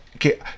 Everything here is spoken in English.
Okay